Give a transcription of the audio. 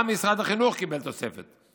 גם משרד החינוך קיבל תוספת.